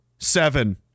Seven